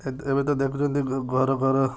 ଏବେ ତ ଦେଖୁଛନ୍ତି ଘର ଘର